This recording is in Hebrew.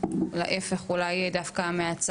כל המחקרים העדכניים מוכיחים שתמיכה וטיפול